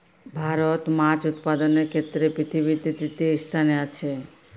ভারত মাছ উৎপাদনের ক্ষেত্রে পৃথিবীতে তৃতীয় স্থানে আছে